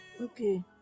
okay